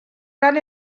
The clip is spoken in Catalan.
gran